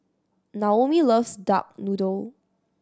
Naomi loves duck noodle